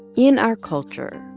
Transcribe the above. in our culture,